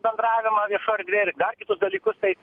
bendravimą viešoj erdvėj ir dar kitus dalykus tai